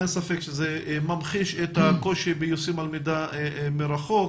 אין ספק שזה ממחיש את הקושי ביישום הלמידה מרחוק,